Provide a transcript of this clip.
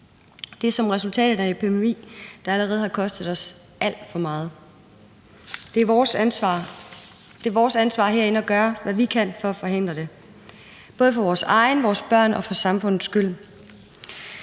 dette som resultat af en epidemi, der allerede har kostet os alt for meget. Det er vores ansvar herinde at gøre, hvad vi kan, for at forhindre det, både for vores egen, vores børns og for samfundets skyld.